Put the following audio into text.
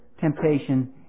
temptation